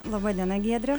laba diena giedre